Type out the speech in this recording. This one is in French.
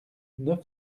neuf